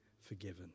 forgiven